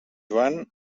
joan